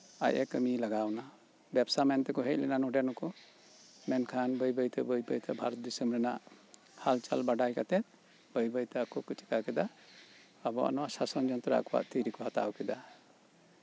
ᱟᱡ ᱠᱟᱹᱢᱤᱭ ᱞᱟᱜᱟᱣ ᱮᱱᱟ ᱵᱮᱵᱥᱟ ᱢᱮᱱ ᱠᱟᱛᱮᱫ ᱠᱚ ᱦᱮᱡ ᱞᱮᱱᱟ ᱱᱩᱠᱩ ᱢᱮᱱᱠᱷᱟᱱ ᱵᱟᱹᱭ ᱵᱟᱹᱭᱛᱮ ᱵᱷᱟᱨᱚᱛ ᱫᱤᱥᱚᱢ ᱨᱮᱭᱟᱜ ᱦᱟᱞ ᱪᱟᱞ ᱵᱟᱲᱟᱭ ᱠᱟᱛᱮᱫ ᱵᱟᱹᱭ ᱵᱟᱹᱭᱛᱮ ᱟᱠᱚ ᱠᱚ ᱪᱤᱠᱟᱹ ᱠᱮᱫᱟ ᱟᱵᱚᱣᱟ ᱱᱚᱶᱟ ᱥᱟᱥᱚᱱ ᱡᱚᱱᱛᱨᱚ ᱟᱠᱚᱣᱟᱜ ᱛᱤ ᱨᱮᱠᱚ ᱦᱟᱛᱟᱣ ᱠᱮᱫᱟ